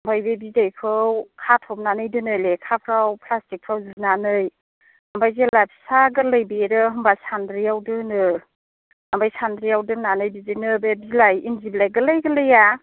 ओमफ्राय बे बिदैखौ खाथबनानै दोनो लेखा फ्राव प्लासटिकफ्राव जुनानै ओमफ्राय जेब्ला फिसा गोरलै बेरो होनब्ला सानद्रि आव दोनो ओमफ्राय सानद्रिआव दोननानै बिदिनो बे बिलाइ इन्दि बिलाय गोरलै गोरलै आ